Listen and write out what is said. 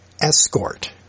escort